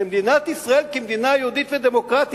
אלא למדינת ישראל כמדינה יהודית ודמוקרטית,